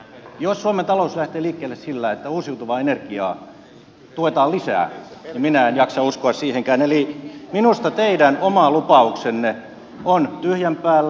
jos suomen talous lähtee liikkeelle sillä että uusiutuvaa energiaa tuetaan lisää minä en jaksa uskoa siihenkään eli minusta teidän oma lupauksenne on tyhjän päällä